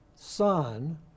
son